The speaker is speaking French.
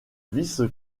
vice